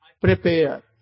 prepare